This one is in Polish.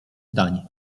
zdań